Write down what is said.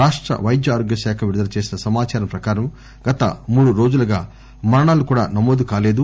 రాష్ట వైద్యారోగ్యశాఖ విడుదల చేసిన సమాచారం ప్రకారం గత మూడు రోజులుగా మరణాలు కూడా నమోదు కాలేదు